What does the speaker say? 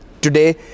Today